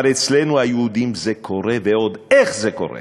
אבל אצלנו היהודים זה קורה, ועוד איך זה קורה.